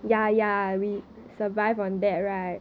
Grabfood